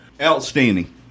Outstanding